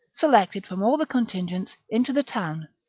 selected from all the contingents, into the town,